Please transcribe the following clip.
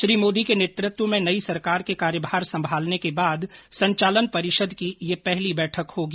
श्री मोदी के नेतृत्व में नई सरकार के कार्यभार संभालने के बाद संचालन परिषद की यह पहली बैठक होगी